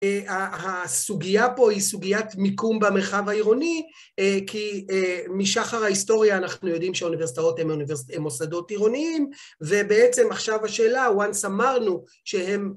הסוגיה פה היא סוגיית מיקום במרחב העירוני, כי משחר ההיסטוריה אנחנו יודעים שהאוניברסיטאות הן מוסדות עירוניים, ובעצם עכשיו השאלה, once אמרנו שהן...